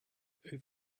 over